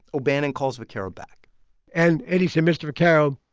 o'bannon calls vaccaro back and eddie said, mr. vaccaro,